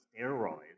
steroids